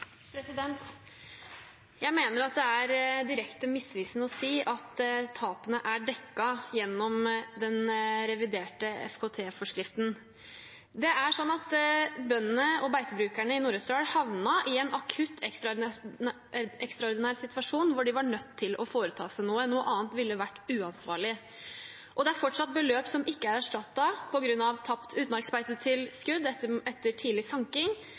Jeg mener det er direkte misvisende å si at tapene er dekket gjennom den reviderte FKT-forskriften. Bøndene og beitebrukerne i Nord-Østerdal havnet i en akutt, ekstraordinær situasjon der de var nødt til å foreta seg noe. Noe annet ville vært uansvarlig. Det er fortsatt beløp som ikke er erstattet på grunn av tapt utmarkbeitetilskudd etter tidlig sanking.